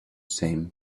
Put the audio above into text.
same